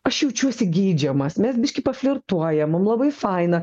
aš jaučiuosi geidžiamas mes biškį paflirtuojam labai faina